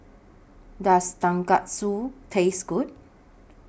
Does Tonkatsu Taste Good